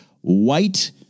White